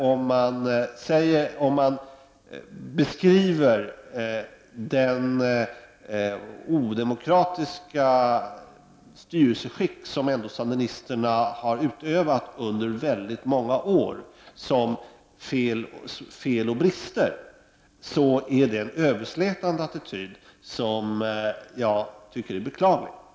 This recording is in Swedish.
Om man beskriver det odemokratiska styrelseskick som sandinisterna ändå har utövat under väldigt många år som ”fel och brister”, tycker jag det innebär en överslätande attityd som är beklaglig.